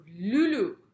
Lulu